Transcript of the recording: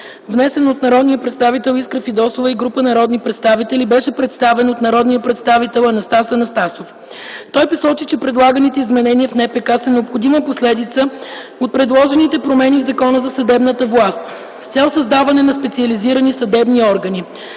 внесен от народния представител Искра Фидосова и група народни представители, беше представен от народния представител Анастас Анастасов. Той посочи, че предлаганите изменения в НПК са необходима последица от предложените промени в Закона за съдебната власт с цел създаване на специализирани съдебни органи.